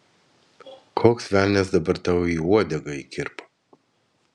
koks velnias dabar tau į uodegą įkirpo